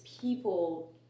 people